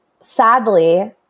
sadly